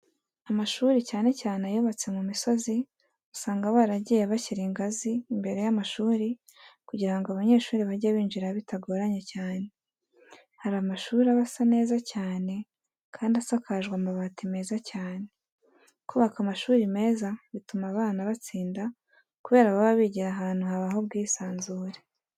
Amashuri cyane cyane ayubatse mu misozi usanga baragiye bashyira ingazi imbere y'amashuri kugira ngo abanyeshuri bajye binjira bitagoranye cyane. Hari amashuri aba asa neza cyane kandi asakajwe amabati meza cyane. Kubaka amashuri meza bituma abana batsinda kubera baba bigira ahantu habaha ubwisanzure.